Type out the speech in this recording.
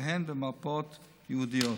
והן במרפאות ייעודיות.